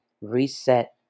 reset